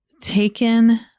taken